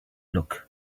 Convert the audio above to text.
look